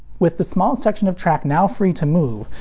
with the small section of track now free to move,